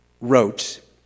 wrote